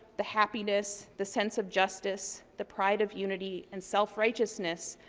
the happiness, the sense of justice, the pride of unity and self-righteousness,